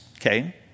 okay